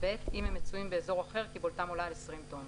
אם הם מצויים באזור אחר- קיבולתם עולה על 20 טון,